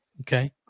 Okay